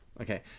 Okay